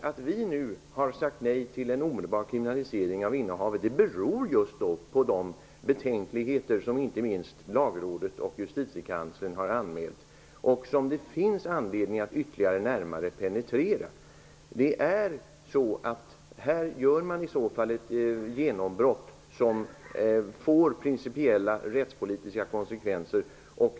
Att vi nu har sagt nej till en omedelbar kriminalisering av innehavet beror just på de betänkligheter som inte minst Lagrådet och justitiekanslern har anmält och som det finns anledning att ytterligare penetrera. Ett sådant genombrott får principiella och politiska konsekvenser.